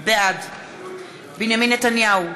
בעד בנימין נתניהו,